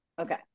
Okay